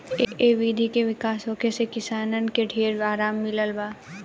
ए विधि के विकास होखे से किसान के ढेर आराम मिलल बा